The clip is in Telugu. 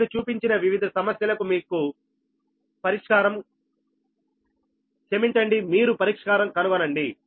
నేను చూపించిన వివిధ సమస్యలకు మీరు పరిష్కారం కనుగొనండి